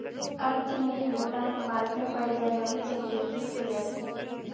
अरब चमेली भूटान और भारत में पाई जाने वाली चमेली की एक प्रजाति है